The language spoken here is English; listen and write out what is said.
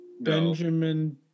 Benjamin